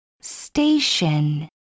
Station